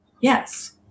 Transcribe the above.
Yes